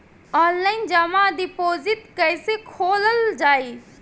Online जमा deposit कैसे खोलल जाइ?